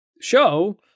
show